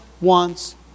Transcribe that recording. wants